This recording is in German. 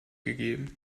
gegeben